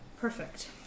Perfect